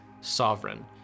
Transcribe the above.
sovereign